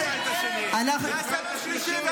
זה היה סבב שלישי.